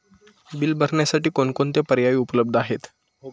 Bill भरण्यासाठी कोणकोणते पर्याय उपलब्ध आहेत?